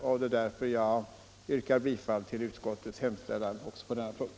Jag yrkar därför bifall till utskottets hemställan också på denna punkt.